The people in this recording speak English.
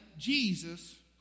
Jesus